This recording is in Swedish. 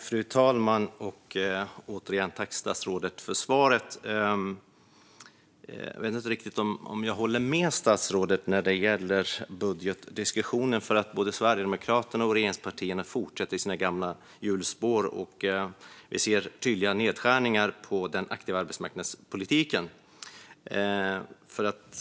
Fru talman! Tack, statsrådet, för svaret! Jag vet inte riktigt om jag håller med statsrådet när det gäller budgetdiskussionen. Både Sverigedemokraterna och regeringspartierna fortsätter i sina gamla hjulspår, och vi ser tydliga nedskärningar i den aktiva arbetsmarknadspolitiken.